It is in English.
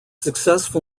successful